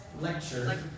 lecture